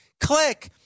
click